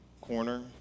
corner